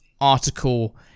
article